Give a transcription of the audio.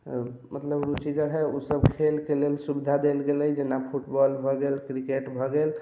मतलब रुचि जादा है ओसब खेल के लेल सुविधा देल गेलै जेना फुटबॉल भऽ गेल क्रिकेट भऽ गेल